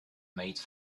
made